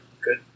Good